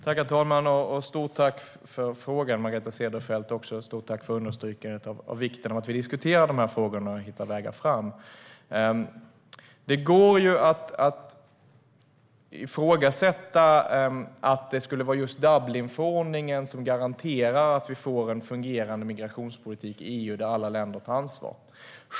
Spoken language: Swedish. Herr talman! Stort tack för frågan, Margareta Cederfelt, och för understrykandet av vikten av att vi diskuterar dessa frågor och hittar vägar framåt. Det går att ifrågasätta att det är just Dublinförordningen som garanterar att vi får en fungerande migrationspolitik i EU där alla länder tar ansvar.